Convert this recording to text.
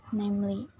namely